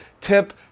tip